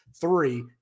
three